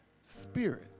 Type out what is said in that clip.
spirit